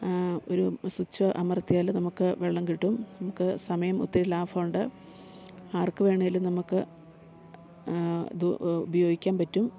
ഒരു സ്വിച്ച് അമർത്തിയാല് നമുക്ക് വെള്ളം കിട്ടും നമുക്ക് സമയം ഒത്തിരി ലാഭം ഉണ്ട് ആർക്ക് വേണേലും നമുക്ക് ഇതു ഉപയോഗിക്കാൻ പറ്റും